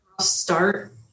start